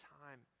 time